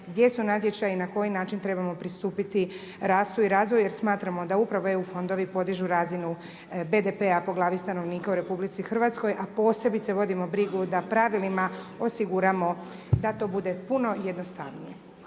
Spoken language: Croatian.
gdje su natječaji, na koji način treba pristupiti rastu i razvoju jer smatramo da upravo eu-fondovi podiže razinu BDP-a po glavi stanovnika u RH a posebice vodimo brigu da pravilima osiguramo da to bude puno jednostavnije.